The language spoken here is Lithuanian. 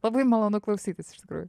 labai malonu klausytis iš tikrųjų